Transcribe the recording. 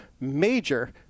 major